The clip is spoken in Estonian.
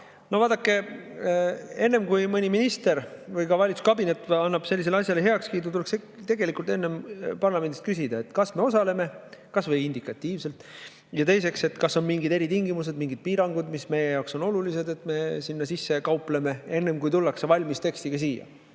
Vaadake, enne kui mõni minister või valitsuskabinet annab sellisele asjale heakskiidu, tuleks parlamendist küsida, kas me osaleme, kas või indikatiivselt, teiseks, kas on mingid eritingimused, mingid piirangud, mis meie jaoks on olulised, et me sinna sisse kaupleme, enne kui tullakse valmis tekstiga siia.